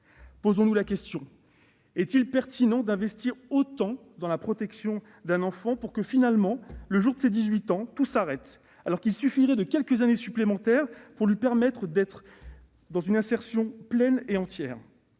Posons-nous la question : est-il pertinent d'investir autant dans la protection d'un enfant pour que, finalement, le jour de ses 18 ans, tout s'arrête, alors qu'il suffirait de quelques années supplémentaires pour permettre une insertion pleine et entière